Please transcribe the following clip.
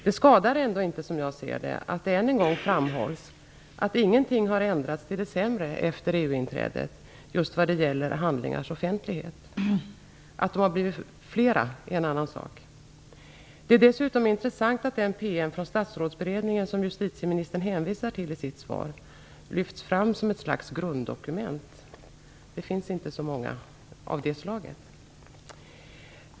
Det skadar ändå inte, som jag ser det, att det ännu en gång framhålls att ingenting har ändrats till det sämre efter EU-inträdet just vad det gäller handlingars offentlighet. Att de har blivit fler är en annan sak. Det är dessutom intressant att den PM från Statsrådsberedningen som justitieministern hänvisade till i sitt svar lyfts fram som ett slags grunddokument. Det finns inte så många av det slaget.